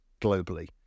globally